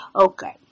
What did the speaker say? okay